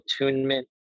attunement